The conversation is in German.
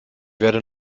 werde